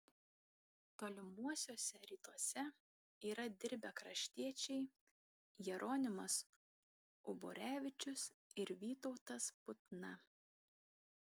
tolimuosiuose rytuose yra dirbę kraštiečiai jeronimas uborevičius ir vytautas putna